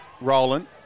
Roland